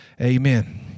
amen